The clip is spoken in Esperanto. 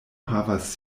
havas